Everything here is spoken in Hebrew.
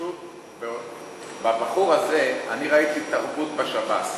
פשוט בבחור הזה אני ראיתי תרבות בשב"ס,